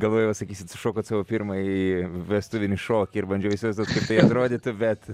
galvojau atsakysit sušokot savo pirmąjį vestuvinį šokį ir bandžiau įsivaizduot kaip tai atrodytų bet